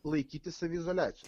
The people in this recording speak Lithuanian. laikytis saviizoliacijos